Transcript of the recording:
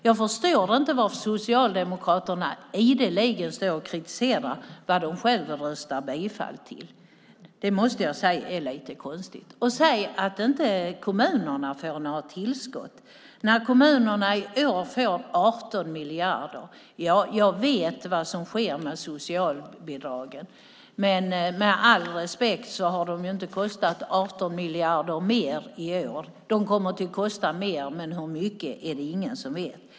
Jag förstår inte varför Socialdemokraterna ideligen står och kritiserar vad de själva har röstat bifall till. Det måste jag säga är lite konstigt. Mikael Damberg säger att kommunerna inte får några tillskott när kommunerna i år får 18 miljarder. Ja, jag vet vad som sker med socialbidragen, men med all respekt har de ju inte kostat 18 miljarder mer i år. De kommer att kosta mer, men hur mycket är det ingen som vet.